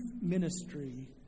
ministry